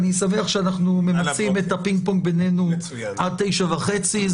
אני שמח שאנחנו ממצים את הפינג פונג בינינו עד 9:30. מצוין.